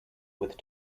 with